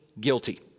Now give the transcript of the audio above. guilty